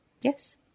Yes